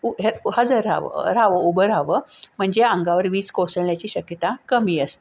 उ हे हजार राहावं राह उभं राहावं म्हणजे अंगावर वीज कोसळण्याची शक्यता कमी असते